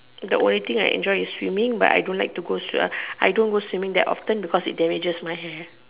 the only thing I enjoy is swimming but I don't like to go swim I don't go swimming that often because it damages my hair